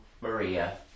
Maria